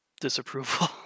disapproval